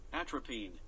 Atropine